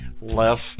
less